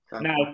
Now